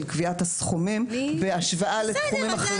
של קביעת הסכומים בהשוואה לתחומים אחרים,